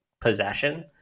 possession